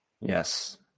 Yes